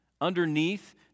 Underneath